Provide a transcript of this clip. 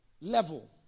level